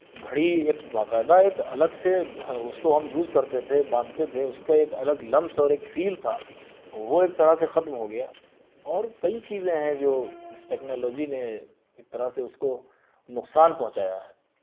گھڑی ایک باقاعدہ ایک الگ سے اس کو ہم یوز کرتے تھے باندھتے تھے اس کا ایک الگ لمس اور ایک فیل تھا وہ ایک طرح سے ختم ہوگیا اور کئی چیزیں ہیں جو اس ٹکنالوجی نے ایک طرح سے اس کو نقصان پہنچایا ہے